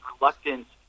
reluctance